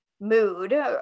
mood